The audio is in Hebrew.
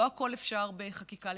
לא הכול אפשר לתקן בחקיקה.